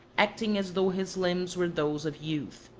acting as though his limbs were those of youth.